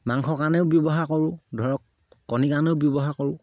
মাংস কাৰণেও ব্যৱহাৰ কৰোঁ ধৰক কণী কাৰণেও ব্যৱহাৰ কৰোঁ